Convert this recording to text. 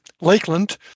Lakeland